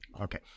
Okay